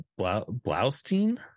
Blaustein